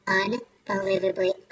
unbelievably